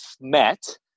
met